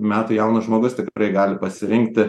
metų jaunas žmogus tikrai gali pasirinkti